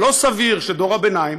אבל לא סביר שדור הביניים,